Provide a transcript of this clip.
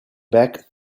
back